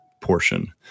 portion